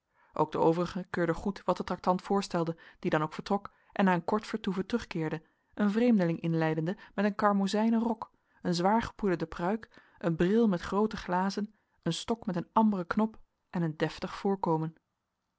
ook de overigen keurden goed wat de traktant voorstelde die dan ook vertrok en na een kort vertoeven terugkeerde een vreemdeling inleidende met een karmozijnen rok een zwaar gepoederde pruik een bril met groote glazen een stok met een amberen knop en een deftig voorkomen